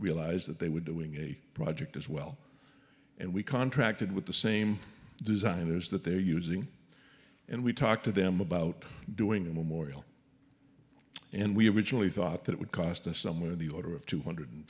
realized that they were doing a project as well and we contracted with the same designers that they're using and we talked to them about doing a memorial and we originally thought that it would cost us somewhere in the order of two hundred